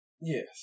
Yes